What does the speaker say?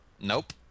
Nope